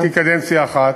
אני הייתי קדנציה אחת.